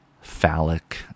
phallic